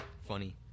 funny